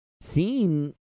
seen